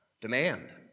demand